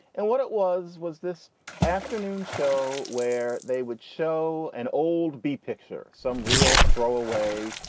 and what it was, was this afternoon show where they would show an old be picture some real throw away,